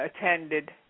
attended